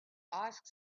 ask